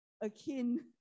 akin